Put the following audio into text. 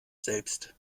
selbst